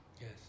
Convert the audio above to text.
Yes